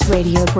Radio